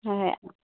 হয়